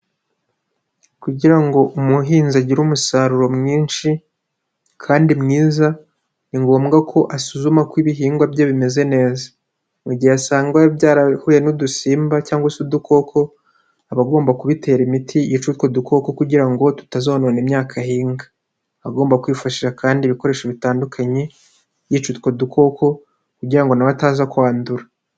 Kugira ngo umuhinzi agire umusaruro mwinshi kandi mwiza ni ngombwa ko asuzuma ko ibihingwa bye bimeze neza, mu gihe asanga byarahuye n'udusimba cyangwag se udukoko aba agomba kubitera imiti yica utwo dukoko kugira ngo tutazonona imyaka ahinga, aba agomba kwifashisha kandi ibikoresho bitandukanye yica utwo dukoko kugira ngo nawe ataza kwandura.